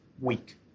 week